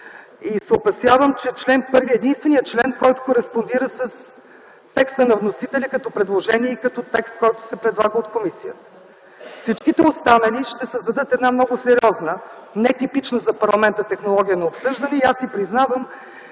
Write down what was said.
се, че чл. 1 е единственият член, който кореспондира с текста на вносителя като предложение и като текст, който се предлага от комисията. Всичките останали ще създадат една много сериозна, нетипична за парламента технология на обсъждане. И аз си признавам,